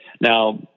Now